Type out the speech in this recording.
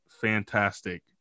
fantastic